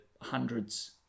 hundreds